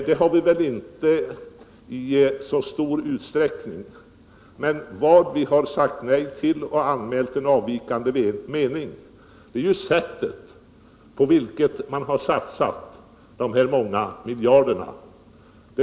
Vi har inte sagt nej till satsningar på sysselsättningsåtgärder, men däremot har vi anmält en avvikande mening när det gäller sättet på vilket man satsat alla dessa miljarder.